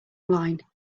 line